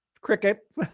Cricket